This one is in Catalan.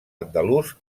andalús